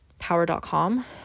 power.com